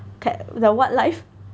that the wildlife